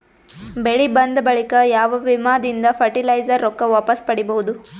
ಬೆಳಿ ಬಂದ ಬಳಿಕ ಯಾವ ವಿಮಾ ದಿಂದ ಫರಟಿಲೈಜರ ರೊಕ್ಕ ವಾಪಸ್ ಪಡಿಬಹುದು?